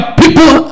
people